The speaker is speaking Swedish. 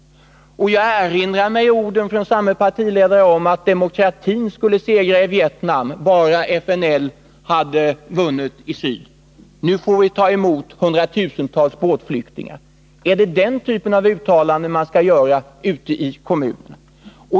Jag erinrar mig orden från samme partiledare om att demokratin skulle segra i Vietnam bara FNL hade vunnit. Nu får vi ta emot hundratusentals båtflyktingar därifrån. Är det den typen av uttalanden man skall göra ute i kommunerna?